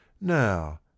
Now